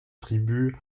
tribu